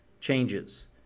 changes